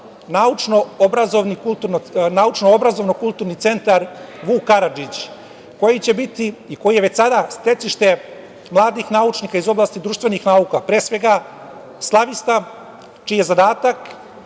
Naučno-obrazovno kulturni centar „Vuk Karadžić“, koji će biti i koji je već sada stecište mladih naučnika iz oblasti društvenih nauka, pre svega slavista čiji je zadatak